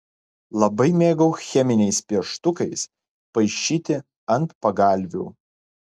labai mėgau cheminiais pieštukais paišyti ant pagalvių